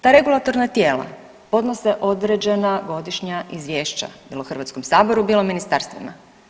Ta regulatorna tijela podnose određena godišnja izvješća, bilo Hrvatskom saboru, bilo ministarstvima.